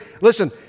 Listen